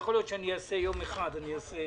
יכול להיות שאני אעשה יום אחד של דיונים,